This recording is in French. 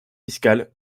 fiscales